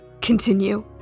continue